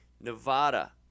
Nevada